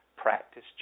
practice